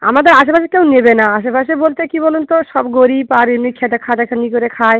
আমাদের আশেপাশের কেউ নেবে না আশেপাশে বলতে কী বলুন তো সব গরিব আর এমনি ক্ষেত্রে খাটা খাটনি করে খায়